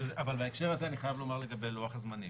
אבל בהקשר הזה אני חייב לומר לגבי לוח הזמנים,